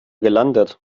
gelandet